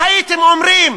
אם הייתם אומרים